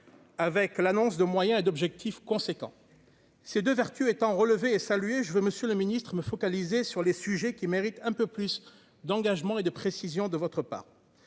avec l'annonce de moyens et d'objectifs conséquent ces 2 vertus étant relevée et saluer je veux monsieur le Ministre, me focaliser sur les sujets qui méritent un peu plus d'engagement et de précision, de votre part,